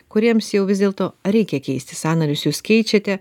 kuriems jau vis dėlto reikia keisti sąnarius jūs keičiate